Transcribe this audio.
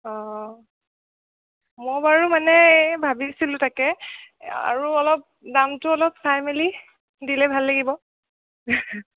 অঁ মই বাৰু মানে ভাবিছিলোঁ তাকে আৰু অলপ দামটো অলপ চাই মেলি দিলে ভাল লাগিব